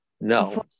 No